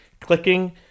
clicking